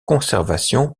conservation